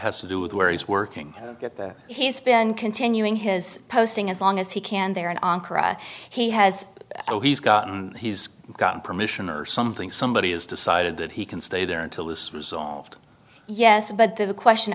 has to do with where he's working that he's been continuing his posting as long as he can there and he has he's gotten he's gotten permission or something somebody has decided that he can stay there until this was yes but the question